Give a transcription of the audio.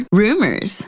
rumors